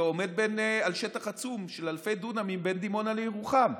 שעומד על שטח עצום של אלפי דונמים בין דימונה לירוחם.